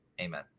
amen